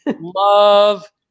love